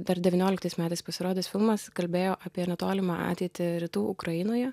dar devynioliktais metais pasirodęs filmas kalbėjo apie netolimą ateitį rytų ukrainoje